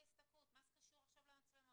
מה זה קשור עכשיו למצלמות?